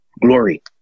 glory